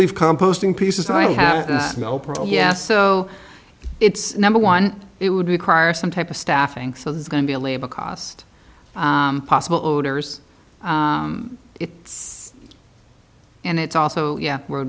we've composting pieces i have no problem yeah so it's number one it would require some type of staffing so there's going to be a labor cost possible orders it's and it's also yeah